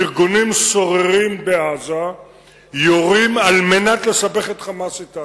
ארגונים סוררים בעזה יורים כדי לסבך את "חמאס" אתנו.